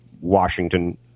Washington